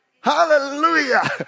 Hallelujah